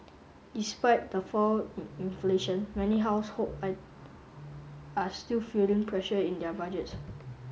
despite the fall in inflation many household I are still feeling pressure in their budgets